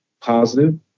positive